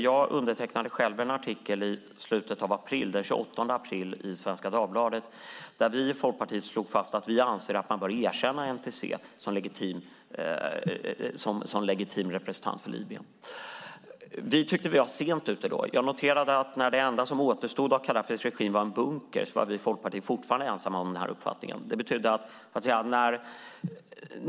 Jag undertecknade själv en artikel den 28 april i Svenska Dagbladet där vi i Folkpartiet slog fast att vi anser att man borde erkänna NTC som legitim representant för Libyen. Vi tyckte då att vi var sent ute. Jag noterade att när det enda som återstod av Gaddafis regim var en bunker var Folkpartiet fortfarande ensamt om denna uppfattning.